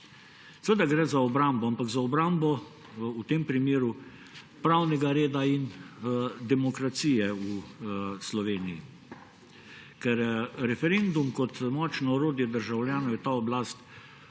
Seveda gre za obrambo, ampak za obrambo v tem primeru pravnega reda in demokracije v Sloveniji. Ker referendum kot močno orodje državljanov je ta oblast